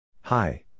Hi